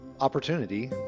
opportunity